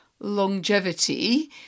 longevity